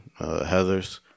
heathers